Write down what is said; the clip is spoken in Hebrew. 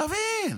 תבין,